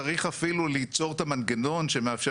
צריך אפילו ליצור את המנגנון שמאפשר